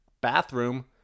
bathroom